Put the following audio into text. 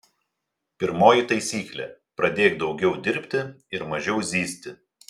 pirmoji taisyklė pradėk daugiau dirbti ir mažiau zyzti